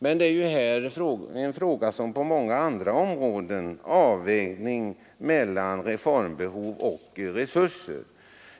Men det är här som på många andra områden en fråga om avvägning mellan reformbehov och resurser.